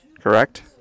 correct